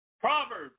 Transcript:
Proverbs